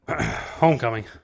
Homecoming